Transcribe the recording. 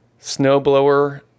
snowblower